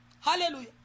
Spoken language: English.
Hallelujah